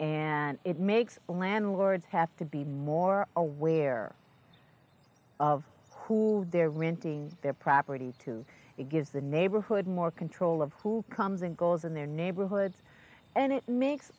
and it makes landlords have to be more aware of who they're renting their property to it gives the neighborhood more control of who comes and goes in their neighborhoods and it makes